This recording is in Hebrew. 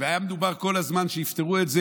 היה מדובר כל הזמן שיפתרו את זה,